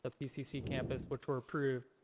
ah pcc campus which were approved.